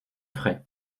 frais